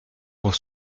pour